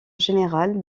général